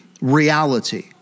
reality